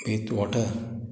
with water